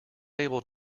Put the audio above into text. able